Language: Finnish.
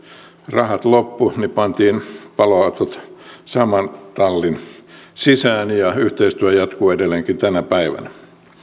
rahat loppuivat ja niin pantiin paloautot saman tallin sisään ja yhteistyö jatkuu edelleenkin tänä päivänä